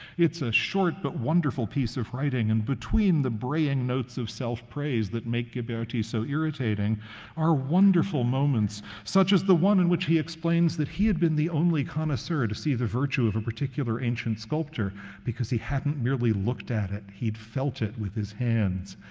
it's a short but wonderful piece of writing, and between the braying notes of self-praise that make ghiberti so irritating are wonderful moments, such as the one in which he explains that he had been the only connoisseur to see the virtue of a particular ancient sculpture because he hadn't merely looked at it, he'd felt it with his hands.